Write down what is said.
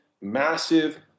massive